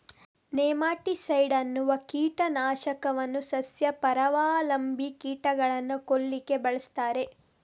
nematicide ಅನ್ನುವ ಕೀಟ ನಾಶಕವನ್ನ ಸಸ್ಯ ಪರಾವಲಂಬಿ ಕೀಟಗಳನ್ನ ಕೊಲ್ಲಿಕ್ಕೆ ಬಳಸ್ತಾರೆ